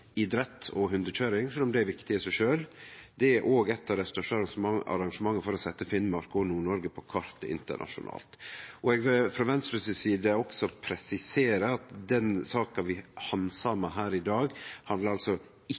og hundekøyring, sjølv om det er viktig i seg sjølv. Det er òg eit av dei største arrangementa for å setja Finnmark og Nord-Noreg på kartet internasjonalt. Eg vil frå Venstre si side også presisere at den saka vi handsamar her i dag, ikkje handlar